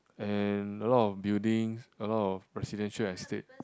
and a lot of buildings a lot of residential estate